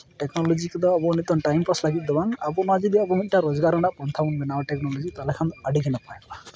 technology ᱠᱚᱫᱚ ᱟᱵᱚ ᱱᱤᱛᱚᱜ ᱴᱟᱭᱤᱢ ᱯᱟᱥ ᱞᱟᱹᱜᱤᱫ ᱫᱚ ᱵᱟᱝ ᱟᱵᱚ ᱡᱩᱫᱤ ᱱᱚᱣᱟ ᱢᱤᱫᱴᱟᱱ ᱨᱳᱡᱽᱜᱟᱨ ᱨᱮᱱᱟᱜ ᱯᱚᱱᱛᱷᱟ ᱵᱚᱱ ᱵᱮᱱᱟᱣᱟ ᱴᱮᱠᱱᱳᱞᱚᱡᱤ ᱛᱟᱦᱚᱞᱮ ᱠᱷᱟᱱ ᱟᱹᱰᱤᱜᱮ ᱱᱟᱯᱟᱭᱚᱜᱼᱟ